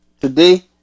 today